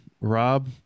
Rob